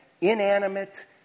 inanimate